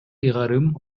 ыйгарым